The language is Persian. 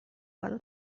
حالا